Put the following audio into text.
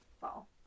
fall